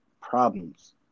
problems